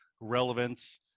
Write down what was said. relevance